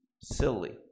silly